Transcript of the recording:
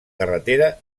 carretera